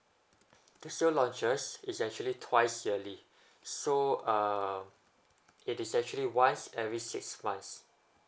the sale launches is actually twice yearly so um it is actually once every six months